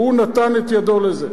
נתן את ידו לזה.